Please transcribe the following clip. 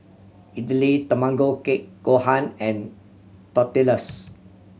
Idili Tamago Kake Gohan and Tortillas